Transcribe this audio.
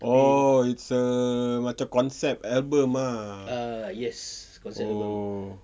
oh it's a macam concept album ah oh